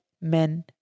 men